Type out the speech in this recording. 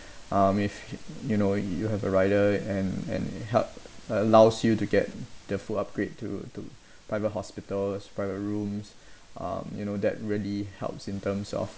basic hospitalisation plan um but I think the riders are super important here um also from personal experience um if yo~ you know you have a rider and and it helps allows you to get the full upgrade to to private hospitals private rooms um you know that really helps in terms of